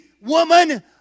Woman